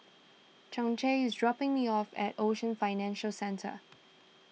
Chauncey is dropping me off at Ocean Financial Centre